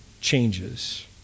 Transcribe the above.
changes